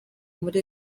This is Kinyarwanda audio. muri